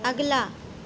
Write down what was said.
اگلا